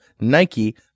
Nike